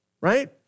right